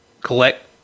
collect